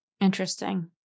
Interesting